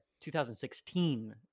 2016